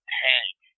tank